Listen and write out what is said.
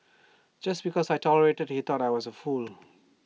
just because I tolerated he thought I was A fool